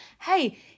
hey